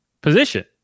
position